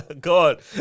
god